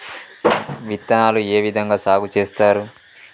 విత్తనాలు ఏ విధంగా సాగు చేస్తారు?